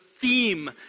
theme